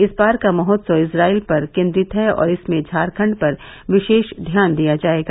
इस बार का महोत्सव इज्राइल पर केंद्रित है और इसमें झारखंड पर विशेष ध्यान दिया जाएगा